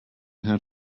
how